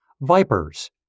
vipers